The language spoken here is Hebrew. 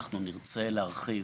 אנחנו נרצה להרחיב,